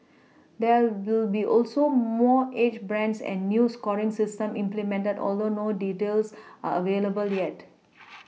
there will be more age brands and new scoring system implemented although no details are available yet